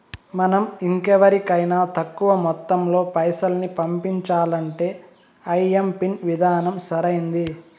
మనం ఇంకెవరికైనా తక్కువ మొత్తంలో పైసల్ని పంపించాలంటే ఐఎంపిన్ విధానం సరైంది